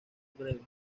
breves